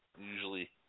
Usually